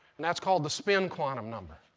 and that's called the spin quantum number.